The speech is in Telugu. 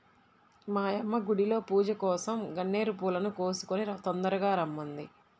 మా యమ్మ గుడిలో పూజకోసరం గన్నేరు పూలను కోసుకొని తొందరగా రమ్మంది